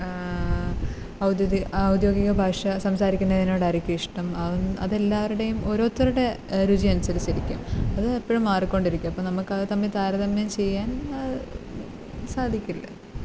ഔദ്യോദിത ഔദ്യോഗിക ഭാഷ സംസാരിക്കുന്നതിനോടായിരിക്കും ഇഷ്ടം അത് അതെല്ലാവരുടേയും ഓരോത്തരുടെ രുചിയനുസരിച്ചിരിക്കും അത് എപ്പോഴും മാറിക്കൊണ്ടിരിക്കും അപ്പം നമുക്കത് തമ്മിൽ താരതമ്യം ചെയ്യാൻ സാധിക്കില്ല